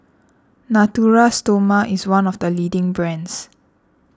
Natura Stoma is one of the leading brands